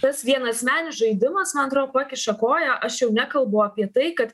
tas vienasmenis žaidimas man atrodo pakiša koją aš jau nekalbu apie tai kad